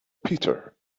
peter